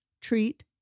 treat